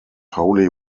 holy